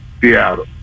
Seattle